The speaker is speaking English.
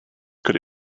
could